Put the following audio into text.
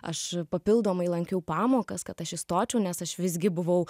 aš papildomai lankiau pamokas kad aš įstočiau nes aš visgi buvau